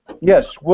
Yes